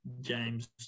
James